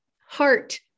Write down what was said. heart